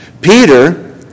Peter